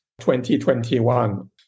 2021